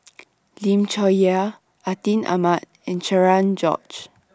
Lim Chong Yah Atin Amat and Cherian George